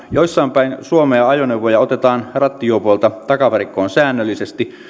jossain päin suomea ajoneuvoja otetaan rattijuopoilta takavarikkoon säännöllisesti